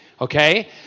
okay